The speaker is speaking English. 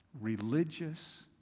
religious